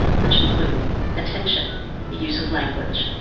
which include attention, the use of language,